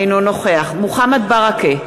אינו נוכח מוחמד ברכה,